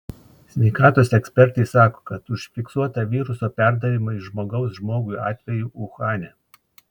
sveikatos ekspertai sako kad užfiksuota viruso perdavimo iš žmogaus žmogui atvejų uhane